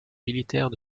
militaire